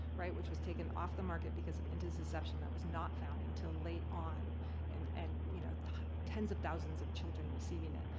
right, which was taken off the market because of intussusception that was not found until late on and and you know tens of thousands of children receiving it.